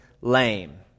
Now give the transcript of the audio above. lame